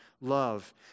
love